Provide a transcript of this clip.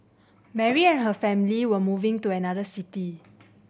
Mary and her family were moving to another city